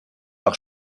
par